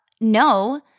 no